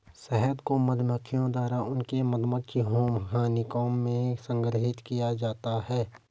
शहद को मधुमक्खियों द्वारा उनके मधुमक्खी मोम हनीकॉम्ब में संग्रहीत किया जाता है